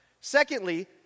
Secondly